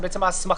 זאת בעצם ההסכמה.